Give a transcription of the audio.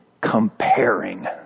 comparing